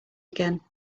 again